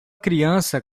criança